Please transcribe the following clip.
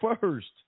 first